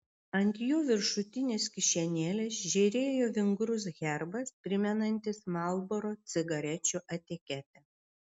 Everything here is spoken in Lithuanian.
ant jo viršutinės kišenėlės žėrėjo vingrus herbas primenantis marlboro cigarečių etiketę